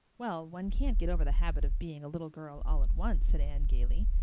well, one can't get over the habit of being a little girl all at once, said anne gaily.